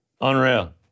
Unreal